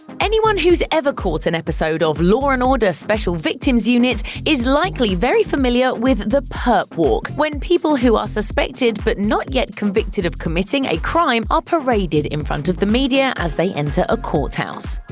anyone who's ever caught an episode of law and order special victims unit is likely very familiar with the perp walk, when people who are suspected but not yet convicted of committing a crime are paraded in front of the media as they enter a courthouse.